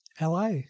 LA